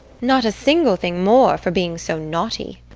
not a single thing more, for being so naughty.